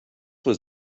was